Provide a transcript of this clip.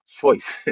choice